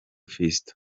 fiston